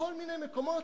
בכל מיני מקומות